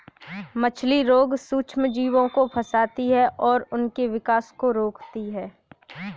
मछली रोग सूक्ष्मजीवों को फंसाती है और उनके विकास को रोकती है